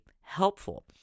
helpful